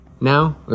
now